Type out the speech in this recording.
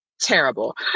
terrible